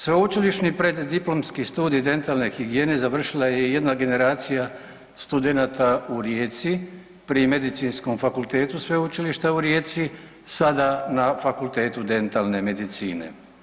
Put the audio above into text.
Sveučilišni preddiplomski studij dentalne higijene završila je jedna generacija studenata u Rijeci pri Medicinskom fakultetu Sveučilišta u Rijeci, sada na Fakultetu dentalne medicine.